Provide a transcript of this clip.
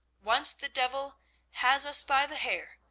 once the devil has us by the hair,